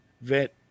vet